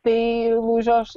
tai lūžio aš